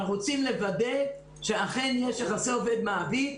אבל אנחנו רוצים לוודא שאכן יש יחסי עובד מעביד.